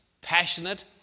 passionate